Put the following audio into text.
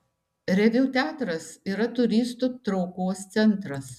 reviu teatras yra turistų traukos centras